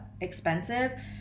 expensive